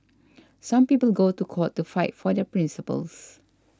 some people go to court to fight for their principles